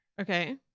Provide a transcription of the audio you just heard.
Okay